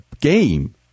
game